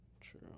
True